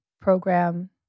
program